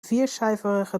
viercijferige